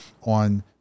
on